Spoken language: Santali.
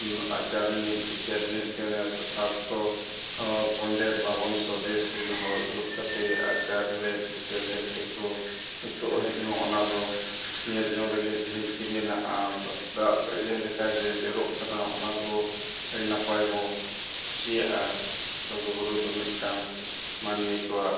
ᱟᱪᱟᱨ ᱢᱤᱫ ᱵᱤᱪᱟᱹᱨ ᱢᱤᱫ ᱠᱟᱛᱮᱫ ᱥᱟᱛᱥᱚ ᱯᱚᱱᱰᱤᱛ ᱵᱟᱵᱚᱱ ᱥᱚ ᱫᱮᱥ ᱨᱮᱱ ᱦᱚᱲ ᱫᱩᱲᱩᱵ ᱠᱟᱛᱮᱫ ᱟᱪᱟᱨ ᱞᱮᱫ ᱵᱤᱪᱟᱹᱨ ᱞᱮᱫ ᱛᱮᱠᱚ ᱱᱤᱛᱳᱜ ᱦᱟᱹᱨᱤᱡ ᱦᱚᱸ ᱚᱱᱟᱫᱚ ᱧᱮᱞ ᱡᱚᱝ ᱞᱟᱹᱜᱤᱫ ᱰᱷᱤᱝᱠᱤ ᱢᱮᱱᱟᱜᱼᱟ ᱫᱟᱜ ᱤᱭᱟᱹ ᱞᱮᱠᱟ ᱡᱮ ᱡᱚᱨᱚᱜ ᱠᱟᱱᱟ ᱚᱱᱟ ᱠᱚ ᱟᱹᱰᱤ ᱱᱟᱯᱟᱭ ᱵᱚ ᱠᱩᱥᱤᱭᱟᱜᱼᱟ ᱞᱩᱜᱩᱼᱵᱩᱨᱩ ᱫᱚ ᱢᱤᱫᱴᱟᱝ ᱢᱟᱹᱱᱢᱤ ᱠᱚᱣᱟᱜ